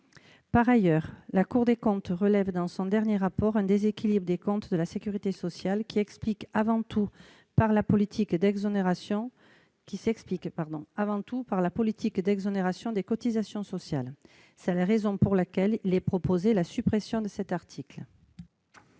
Par ailleurs, la Cour des comptes relève, dans son dernier rapport, un déséquilibre des comptes de la sécurité sociale, qui s'explique, avant tout, par la politique d'exonération de cotisations sociales. C'est la raison pour laquelle il est proposé, au travers de cet